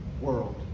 world